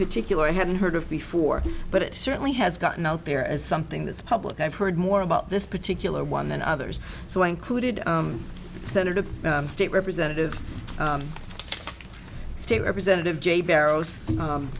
particular i hadn't heard of before but it certainly has gotten out there as something that's public i've heard more about this particular one than others so i included senator state representative state representative jay barrows